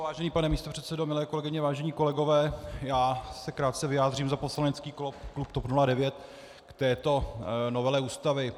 Vážený pane místopředsedo, milé kolegyně, vážení kolegové, krátce se vyjádřím za poslanecký klub TOP 09 k této novele Ústavy.